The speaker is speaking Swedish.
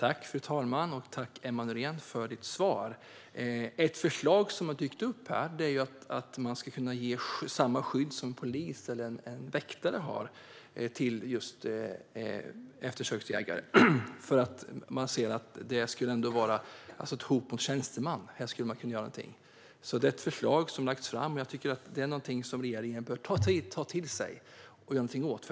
Fru talman! Tack, Emma Nohrén, för ditt svar! Ett förslag som har dykt upp är att man ska kunna ge samma skydd som en polis eller väktare har till eftersöksjägare eftersom det skulle kunna handla om hot mot tjänsteman. Här skulle man kunna göra någonting. Det är alltså ett förslag som har lagts fram, och jag tycker att det är någonting som regeringen bör ta till sig och göra någonting åt.